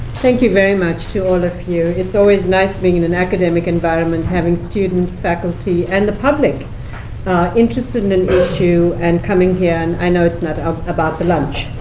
thank you very much to all of you. it's always nice being in an academic environment, having students, faculty, and the public interested in an issue, and coming here. and i know it's not about the lunch.